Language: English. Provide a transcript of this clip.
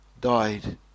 died